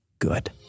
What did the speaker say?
good